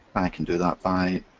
i can do that by